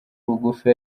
bugufi